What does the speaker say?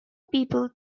people